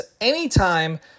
anytime